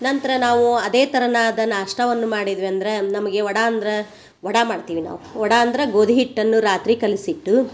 ನಂತರ ನಾವು ಅದೇ ಥರನಾದ ನಾಷ್ಟವನ್ನು ಮಾಡಿದ್ವಿ ಅಂದ್ರೆ ನಮಗೆ ವಡೆ ಅಂದ್ರ ವಡೆ ಮಾಡ್ತೀವಿ ನಾವು ವಡೆ ಅಂದ್ರ ಗೋದಿ ಹಿಟ್ಟನ್ನು ರಾತ್ರಿ ಕಲ್ಸಿಟ್ಟು